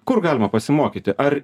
kur galima pasimokyti ar